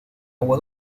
agua